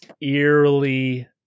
eerily